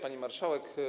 Pani Marszałek!